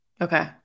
Okay